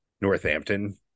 Northampton